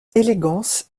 élégance